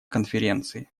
конференции